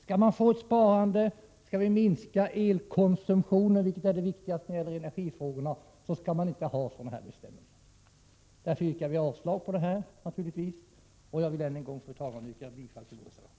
Om elkonsumtionen skall kunna minskas, vilket är det viktigaste i sammanhanget, skall vi inte ha sådana här bestämmelser. Fru talman, jag yrkar avslag på utskottets hemställan och yrkar än en gång bifall till vår reservation.